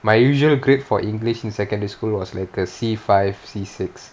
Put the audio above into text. my usual grade for english in secondary school was like a C five C six